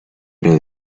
era